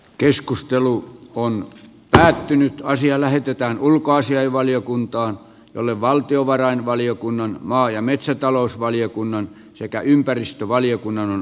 keskustelu on päättynyt ja asia lähetetään ulkoasiainvaliokuntaan jolle valtiovarainvaliokunnan maa ja metsätalousvaliokunnan sekä suuremmasta projektista